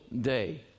day